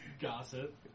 gossip